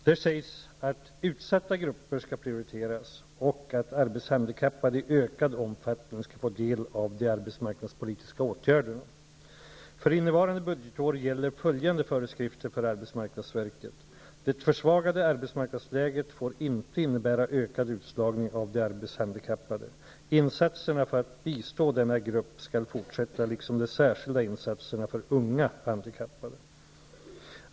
Där sägs det att ''utsatta grupper skall prioriteras'' och att arbetshandikappade i ökad omfattning skall få del av de arbetsmarknadspolitiska åtgärderna. För innevarande budgetår gäller följande föreskrifter för arbetsmarknadsverket: ''Det försvagade arbetsmarknadsläget får inte innebära ökad utslagning av de arbetshandikappade. Insatserna för att bistå denna grupp skall fortsätta liksom de särskilda insatserna för unga handikappade.''